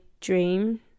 dream